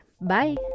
Bye